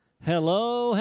Hello